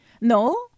No